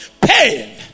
pain